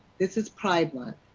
this is pride month.